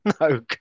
No